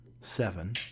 seven